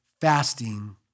fasting